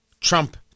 Trump